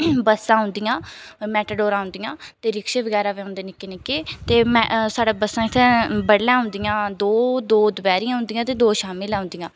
बस्सां औंदियां मैटाडोरां औंदियां ते रिक्शे बगैरा बी औंदे न नि'क्के नि'क्के ते साढ़े बस्सां इ'त्थें बड्डलै औंदियां दो दो दपैह्री औंदियां ते दो शामीं लै औंंदियां